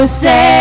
say